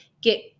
get